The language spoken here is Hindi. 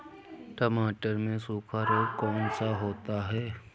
टमाटर में सूखा रोग कौन सा होता है?